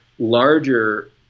larger